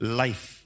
life